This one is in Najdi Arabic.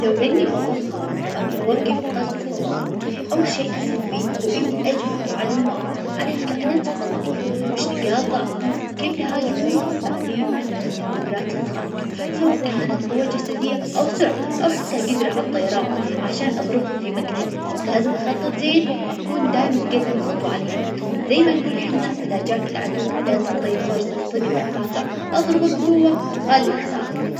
لو إني بطل خارق وأبي أوقف غزو فظائي أول شي أسويه هو إني أجمع معلومات عن ها الكائنات الفظائية وش نقاط ظعفهم كيف يهاجمون، بعدين استخدم قدراتي الخارقة سواء كانت قوة جسدية، أو سرعة، أو حتى قدرة ع الطيران عشان أظربهم في مقتل، لازم أخطط زين وأكون دايم متقدم خطوة عليهم. زي ما نقول حنا إذا جاك العدو لا تعطيه فرصة يلتقط أنفاسه أظربه بقوة وخلك ثابت.